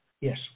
yes